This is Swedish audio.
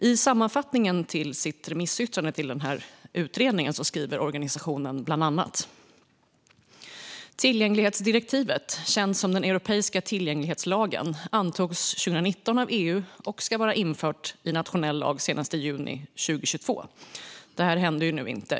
I sammanfattningen i sitt remissyttrande till utredningen skriver organisationen bland annat: Tillgänglighetsdirektivet, känt som den europeiska tillgänglighetslagen, antogs 2019 av EU och ska vara infört i nationell lag senast i juni 2022. Detta hände inte i Sverige.